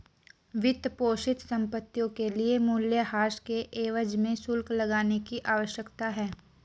वित्तपोषित संपत्तियों के लिए मूल्यह्रास के एवज में शुल्क लगाने की आवश्यकता है